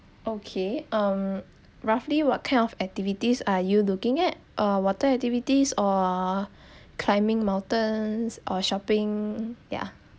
okay um roughly what kind of activities are you looking at uh water activities or climbing mountains or shopping ya